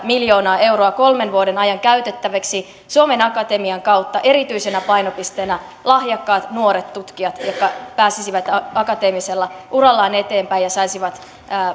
miljoonaa euroa kolmen vuoden ajan käytettäväksi suomen akatemian kautta erityisenä painopisteenä lahjakkaat nuoret tutkijat jotka pääsisivät akateemisella urallaan eteenpäin ja saisivat